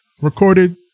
Recorded